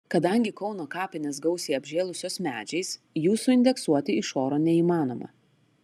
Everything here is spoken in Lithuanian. kadangi kauno kapinės gausiai apžėlusios medžiais jų suindeksuoti iš oro neįmanoma